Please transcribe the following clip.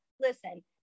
listen